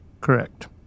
Correct